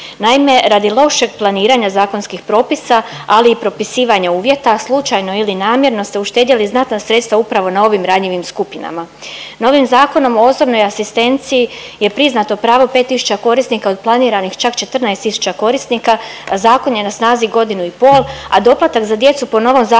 Naime, radi lošeg planiranja zakonskih propisa, ali i propisivanja uvjeta slučajno ili namjerno ste uštedjeli znatna sredstva upravo na ovim ranjivim skupinama. Novim Zakonom o osobnoj asistenciji je priznato pravo 5 tisuća korisnika od planiranih čak 14 tisuća korisnika. Zakon je na snazi godinu i pol, a doplatak za djecu po novom zakonu